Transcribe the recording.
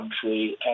country